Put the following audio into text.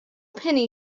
penny